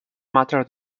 matter